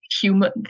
human